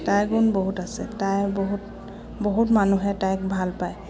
তাইৰ গুণ বহুত আছে তাই বহুত বহুত মানুহে তাইক ভাল পায়